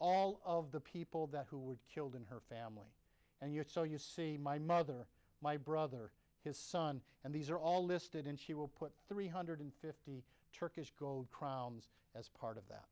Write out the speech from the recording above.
all of the people that who were killed in her family and your so you see my mother my brother his son and these are all listed in she will put three hundred fifty turkish gold crowns as part of that